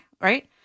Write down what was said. right